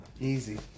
Easy